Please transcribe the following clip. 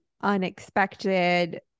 unexpected